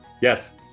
yes